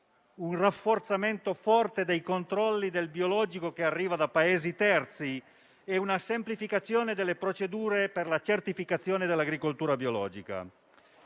un rafforzamento forte dei controlli del biologico che arriva da Paesi terzi e una semplificazione delle procedure per la certificazione dell'agricoltura biologica.